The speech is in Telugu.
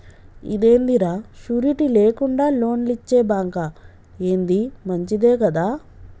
ఇదేందిరా, షూరిటీ లేకుండా లోన్లిచ్చే బాంకా, ఏంది మంచిదే గదా